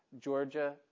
Georgia